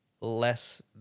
less